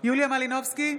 יוליה מלינובסקי,